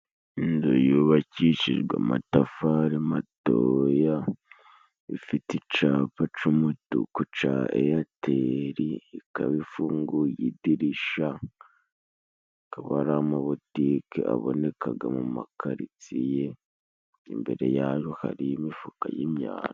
Inzu yubakishijwe amatafari matoya, ifite icapa c'umutuku ca eyateri, ikaba ifunguye idirisha, akaba ari amabutike abonekaga mu makaritsiye imbere yayo hari imifuka y'imyanda.